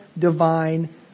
divine